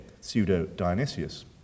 pseudo-Dionysius